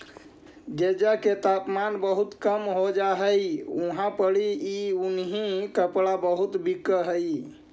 जेजा के तापमान बहुत कम हो जा हई उहाँ पड़ी ई उन्हीं कपड़ा बहुत बिक हई